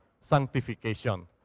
sanctification